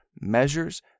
measures